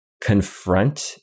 confront